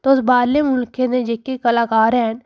तुस बाह्रलें मुल्खें दे जेह्के कलाकार हैन